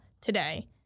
today